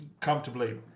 comfortably